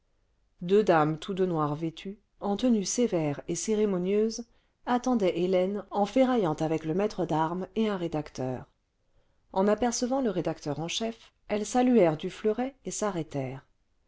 deux dames tout de noir vêtues en tenue sévère et cérémonieuse attendaient hélène en ferraillant avec le maître d'armes et un rédacteur eu apercevant le rédacteur en chef elles saluèrent du fleuret et